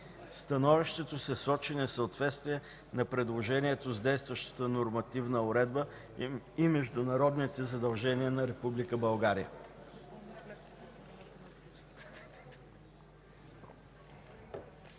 становището се сочи несъответствие на предложението с действащата нормативна уредба и международните задължения на Република България.